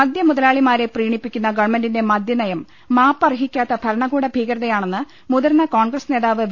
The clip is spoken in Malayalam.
മദ്യ മുതലാളിമാരെ പ്രീണിപ്പിക്കുന്ന ഗവൺമെന്റിന്റെ മദ്യനയം മാപ്പർഹിക്കാത്ത ഭരണകൂട ഭീകരതയാണെന്ന് മുതിർന്ന കോൺഗ്രസ് നേതാവ് വി